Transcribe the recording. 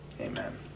Amen